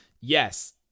yes